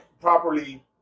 properly